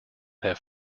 have